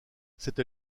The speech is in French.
cette